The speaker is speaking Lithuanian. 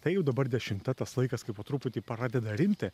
tai jau dabar dešimta tas laikas kai po truputį pradeda rimti